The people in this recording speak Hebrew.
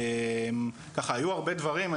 ככה היו הרבה דברים,